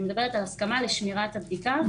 אני מדברת על ההסכמה לשמירת הבדיקה,